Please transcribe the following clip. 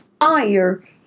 Fire